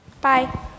Bye